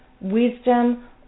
wisdom